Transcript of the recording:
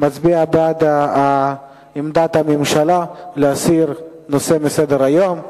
מצביע בעד עמדת הממשלה להסיר את הנושא מסדר-היום.